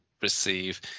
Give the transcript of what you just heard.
receive